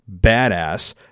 badass